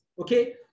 okay